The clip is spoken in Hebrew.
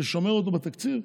לשמר אותו בתקציב,